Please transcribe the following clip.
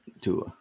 Tua